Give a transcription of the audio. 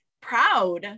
proud